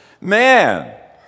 man